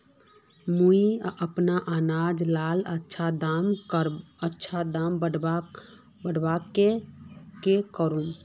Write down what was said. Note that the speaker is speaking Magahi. मुई अपना अनाज लार अच्छा दाम बढ़वार केते की करूम?